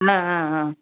ஆ ஆ ஆ